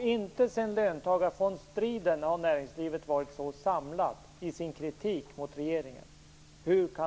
Inte sedan löntagarfondsstriden har näringslivet varit så samlat i sin kritik mot regeringen.